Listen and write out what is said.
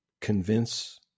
convince